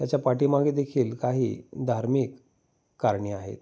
त्याच्या पाठीमागे देखील काही धार्मिक कारणे आहेत